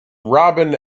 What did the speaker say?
robin